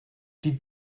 die